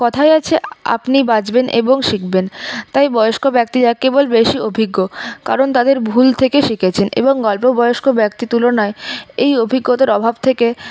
কথায় আছে আপনি বাঁচবেন এবং শিখবেন তাই বয়স্ক ব্যক্তিরা কেবল বেশি অভিজ্ঞ কারণ তাদের ভুল থেকে শিখেছেন এবং অল্পবয়স্ক ব্যক্তির তুলনায় এই অভিজ্ঞতার অভাব থেকে তারা